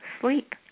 sleep